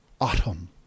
autumn